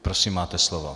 Prosím, máte slovo.